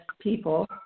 people